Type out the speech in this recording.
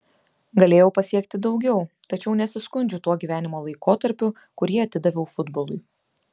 galėjau pasiekti daugiau tačiau nesiskundžiu tuo gyvenimo laikotarpiu kurį atidaviau futbolui